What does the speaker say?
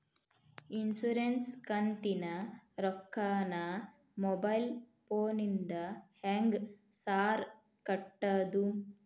Insurance ಕಂತಿನ ರೊಕ್ಕನಾ mobile ಫೋನಿಂದ ಹೆಂಗ್ ಸಾರ್ ಕಟ್ಟದು?